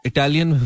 Italian